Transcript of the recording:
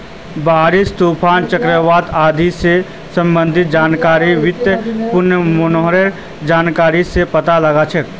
बारिश, तूफान, चक्रवात आदि स संबंधित जानकारिक बितु पूर्वानुमानेर जरिया स पता लगा छेक